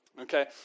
Okay